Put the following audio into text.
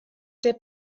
der